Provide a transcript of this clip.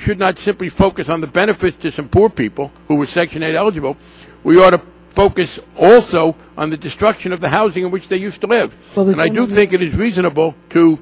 we should not simply focus on the benefits to some poor people who are second eligible we ought to focus also on the destruction of the housing in which they used to live so that i don't think it is reasonable to